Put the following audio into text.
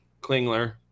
Klingler